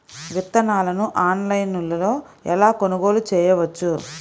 విత్తనాలను ఆన్లైనులో ఎలా కొనుగోలు చేయవచ్చు?